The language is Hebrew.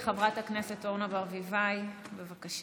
חברת הכנסת אורנה ברביבאי, בבקשה.